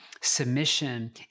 submission